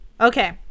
Okay